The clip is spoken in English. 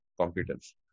competence